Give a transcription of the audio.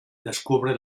descubre